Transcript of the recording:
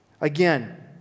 Again